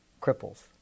cripples